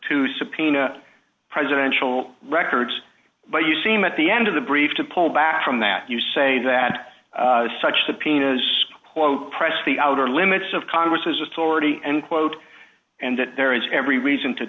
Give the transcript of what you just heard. to subpoena presidential records but you seem at the end of the brief to pull back from that you say that such subpoenas quote press the outer limits of congress authority and quote and that there is every reason to